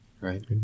right